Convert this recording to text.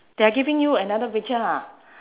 they're giving you another picture ha